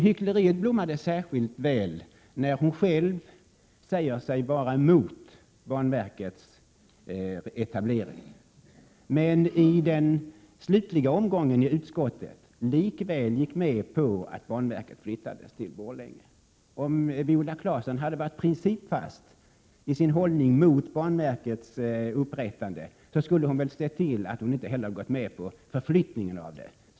Hyckleriet blommade särskilt väl när Viola Claesson själv sade sig vara emot banverkets etablering men i den slutliga omgången i utskottet likväl gick med på att banverket skulle flyttas till Borlänge. Om Viola Claesson hade varit principfast i sin hållning mot banverkets upprättande, skulle hon väl inte heller ha gått med på förflyttningen av det.